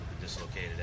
Dislocated